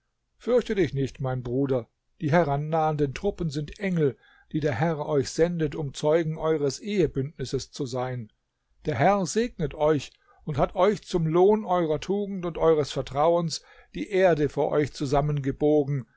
fürchte dich nicht mein bruder die herannahenden truppen sind engel die der herr euch sendet um zeugen eures ehebündnisses zu sein der herr segnet euch und hat auch zum lohn eurer tugend und eures vertrauens die erde vor euch